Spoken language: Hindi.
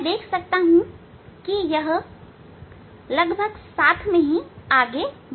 मैं देख सकता हूं कि वे लगभग एक साथ आगे बढ़ रहे हैं